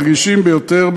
הרגישים ביותר.